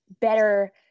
better